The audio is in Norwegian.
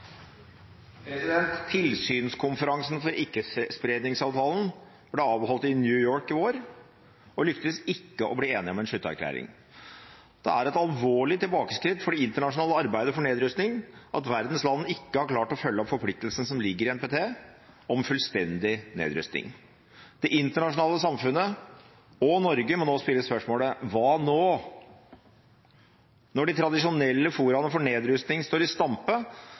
Tilsynskonferansen for ikkespredningsavtalen ble avholdt i New York i år, og en lyktes ikke i å bli enige om en slutterklæring. Det er et alvorlig tilbakeskritt for det internasjonale arbeidet for nedrustning at verdens land ikke har klart å følge opp forpliktelsen som ligger i NPT, om fullstendig nedrustning. Det internasjonale samfunnet og Norge må nå stille spørsmålet: Hva nå? Når de tradisjonelle foraene for nedrustning står i stampe,